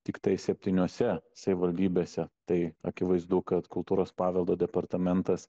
tiktai septyniose savivaldybėse tai akivaizdu kad kultūros paveldo departamentas